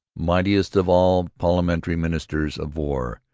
mightiest of all parliamentary ministers of war,